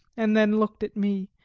and then looked at me,